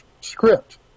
script